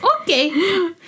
Okay